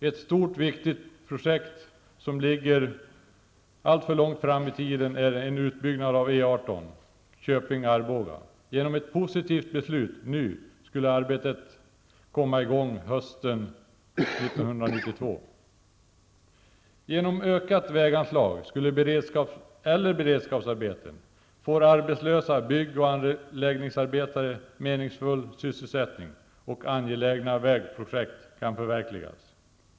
Ett stort, viktigt projekt, som ligger allt för långt fram i tiden, är en utbyggnad av E 18 Köping-- Arbåga. Genom ett positivt beslut nu skulle arbetet komma i gång hösten 1992. Genom ökat väganslag eller beredskapsarbeten får arbetslösa bygg och anläggningsarbetare meningsfull sysselsättning, och angelägna vägprojekt kan förverkligas.